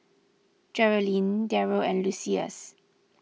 Geralyn Deryl and Lucius